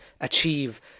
achieve